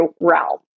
realm